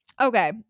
Okay